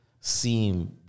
seem